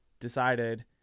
decided